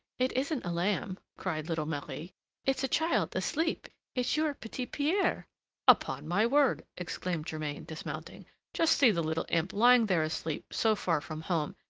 it isn't a lamb, cried little marie it's a child asleep it's your petit-pierre. upon my word! exclaimed germain, dismounting just see the little imp lying there asleep, so far from home,